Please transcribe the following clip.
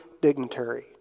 dignitary